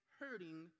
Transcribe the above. hurting